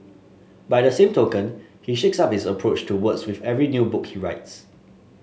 by the same token he shakes up his approach to words with every new book he writes